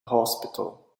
hospital